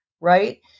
right